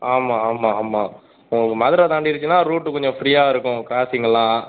ஆமாம் ஆமாம் ஆமாம் உங்களுக்கு மதுரை தாண்டிருச்சின்னால் ரூட்டு கொஞ்சம் ஃப்ரீயாக இருக்கும் க்ராஸிங்கெல்லாம்